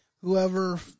whoever